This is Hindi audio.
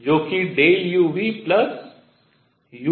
जो कि u Vu4r2है